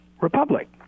republic